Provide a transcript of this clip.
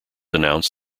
announced